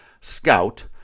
scout